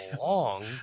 long